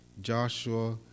Joshua